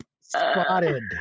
spotted